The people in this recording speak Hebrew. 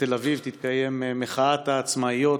תתקיים בתל אביב מחאת העצמאיות,